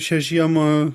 šią žiemą